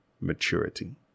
maturity